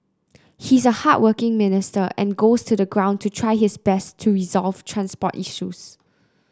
he's a hardworking minister and goes to the ground to try his best to resolve transport issues